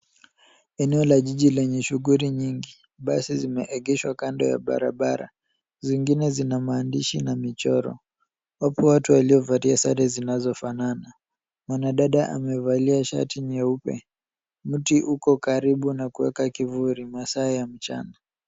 Eneo la jiji lenye shughuli nyingi, basi zimeegeshwa kando ya barabara, zingine zina maandishi na michoro, wapo watu waliovalia sare zinazofanana. Mwanadada amevalia shati nyeupe, mti uko karibu na kueka kivuli masaa ya mchana.